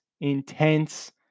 intense